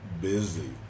busy